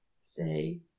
stay